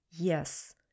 Yes